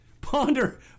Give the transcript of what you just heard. Ponder